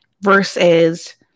versus